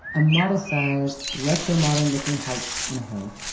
a modest sized, retro-modern looking house on a hill.